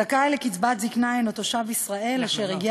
זכאי לקצבת זיקנה הנו תושב ישראל אשר הגיע